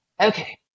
Okay